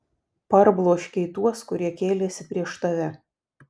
parbloškei tuos kurie kėlėsi prieš tave